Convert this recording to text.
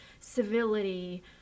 civility